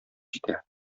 җитә